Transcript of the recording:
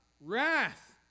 wrath